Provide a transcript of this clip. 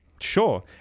Sure